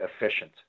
efficient